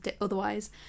otherwise